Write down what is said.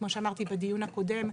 כמו שאמרתי בדיון הקודם,